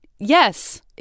Yes